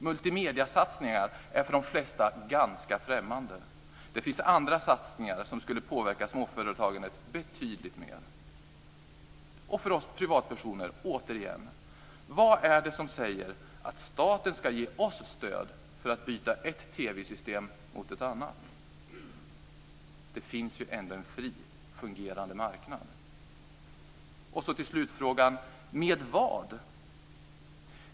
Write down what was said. Multimediesatsningar är för de flesta ganska främmande. Det finns andra satsningar som skulle påverka småföretagandet betydligt mer. Vad är det, återigen, som säger att staten ska ge oss privatpersoner stöd för att byta ett TV-system mot ett annat? Det finns ändå en fri fungerande marknad. Så går jag till slutfrågan: Med vad?